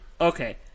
Okay